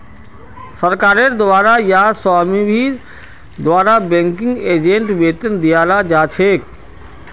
सरकारेर द्वारे या स्वामीर द्वारे बैंकिंग एजेंटक वेतन दियाल जा छेक